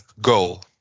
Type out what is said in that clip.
goal